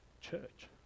church